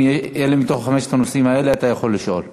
אם מתוך חמשת הנושאים האלה, אתה יכול לשאול.